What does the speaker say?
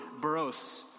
baros